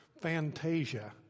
fantasia